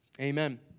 Amen